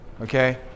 Okay